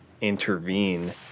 intervene